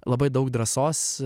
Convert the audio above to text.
labai daug drąsos